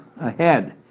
ahead